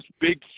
big